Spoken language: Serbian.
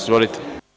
Izvolite.